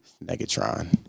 Negatron